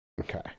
Okay